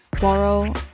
borrow